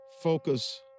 focus